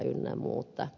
ynnä muuta